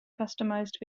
customized